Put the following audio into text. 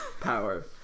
power